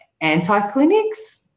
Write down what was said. anti-clinics